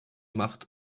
macht